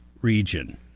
region